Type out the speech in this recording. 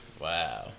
Wow